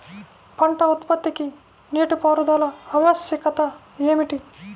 పంట ఉత్పత్తికి నీటిపారుదల ఆవశ్యకత ఏమిటీ?